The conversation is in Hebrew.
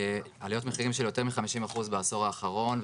עלויות מחירים של יותר מ-50% בעשור האחרון,